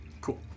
cool